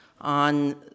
on